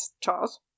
charles